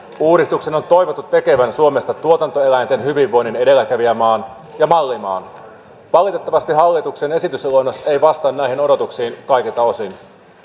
uudistuksen on toivottu tekevän suomesta tuotantoeläinten hyvinvoinnin edelläkävijämaan ja mallimaan valitettavasti hallituksen esitysluonnos ei vastaa näihin odotuksiin kaikilta osin